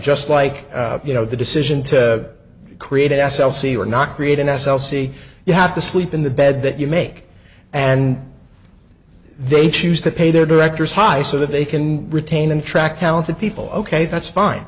just like you know the decision to create s l c or not create an s l c you have to sleep in the bed that you make and they choose to pay their directors high so that they can retain and track talented people ok that's fine